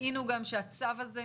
ראינו גם שהצו הזה,